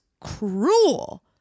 cruel